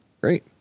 Great